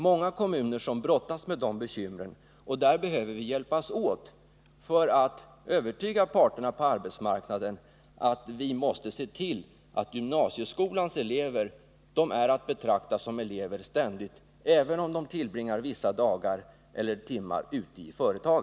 Många kommuner brottas med dessa bekymmer, och vi behöver hjälpas åt för att övertyga parterna på arbetsmarknaden om att se till att gymnasieskolans elever hela tiden är att betrakta som elever, även om de tillbringar vissa timmar eller dagar ute i företag.